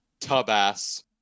Tubass